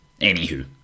Anywho